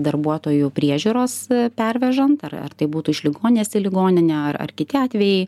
darbuotojų priežiūros pervežant ar ar tai būtų iš ligoninės į ligoninę ar kiti atvejai